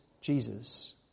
Jesus